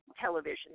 television